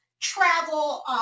travel